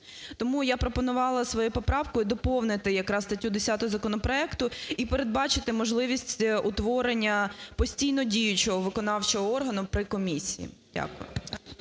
Тому я пропонувала своєю поправкою доповнити якраз статтю 10 законопроекту і передбачити можливість утворення постійно діючого виконавчого органу при комісії. Дякую.